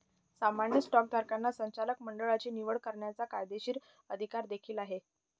सामान्य स्टॉकधारकांना संचालक मंडळाची निवड करण्याचा कायदेशीर अधिकार देखील आहे